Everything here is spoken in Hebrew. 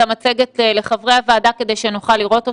המצגת לחברי הוועדה כדי שנוכל לראות אותה,